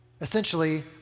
Essentially